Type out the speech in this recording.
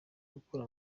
gukura